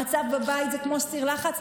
המצב בבית זה כמו סיר לחץ.